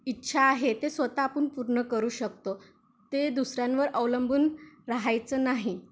इच्छा आहे ते स्वतः आपण पूर्ण करू शकतो ते दुसऱ्यांवर अवलंबून रहायचं नाही